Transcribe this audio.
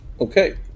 Okay